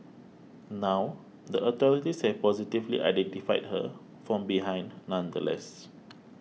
now the authorities have positively identified her from behind nonetheless